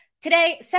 Today